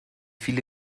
viele